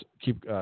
Keep